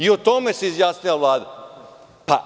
I o tome se izjasnila Vlada.